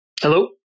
Hello